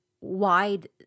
wide